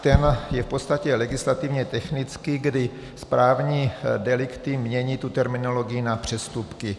Ten je v podstatě legislativně technický, kdy správní delikty mění tu terminologii na přestupky.